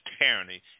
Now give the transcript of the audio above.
tyranny